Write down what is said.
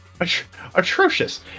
atrocious